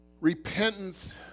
repentance